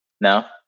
No